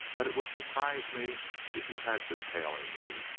that it would surprise me if you had been tailing me.